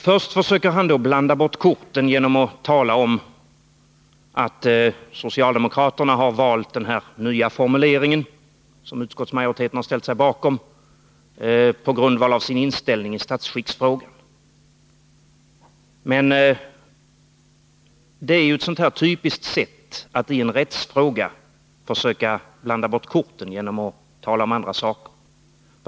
Först försöker Bo Siegbahn blanda bort korten genom att tala om att socialdemokraterna har valt den nya formulering som utskottsmajoriteten har ställt sig bakom på grundval av sin inställning i statsskicksfrågan. Det är ett typiskt exempel på hur man i en rättsfråga försöker blanda bort korten genom att tala om andra saker.